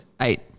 Eight